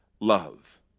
love